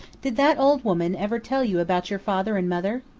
did that old woman ever tell you about your father and mother?